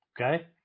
Okay